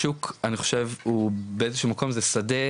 השוק אני חושב הוא באיזה שהוא מקום שדה